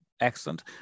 Excellent